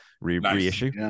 reissue